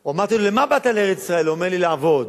הוא אומר לי: לעבוד.